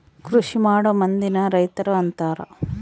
ಕೃಷಿಮಾಡೊ ಮಂದಿನ ರೈತರು ಅಂತಾರ